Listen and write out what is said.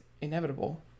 inevitable